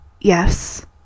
Yes